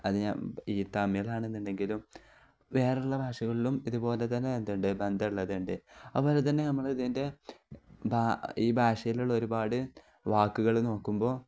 അത് ഞാൻ ഈ തമിഴാണെന്നുണ്ടെങ്കിലും വേറെയുള്ള ഭാഷകളിലും ഇതുപോലെ തന്നെ എതുണ്ട് ബന്ധമുള്ളതുണ്ട് അതുപോലെ തന്നെ നമ്മൾ ഇതിൻ്റെ ഈ ഭാഷയിലുള്ള ഒരുപാട് വാക്കുകൾ നോക്കുമ്പോൾ